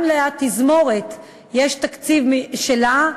גם לתזמורת יש תקציב משלה,